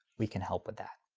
we can help with that.